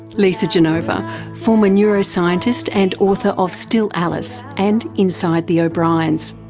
lisa genova, former neuroscientist and author of still alice and inside the o'briens.